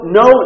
no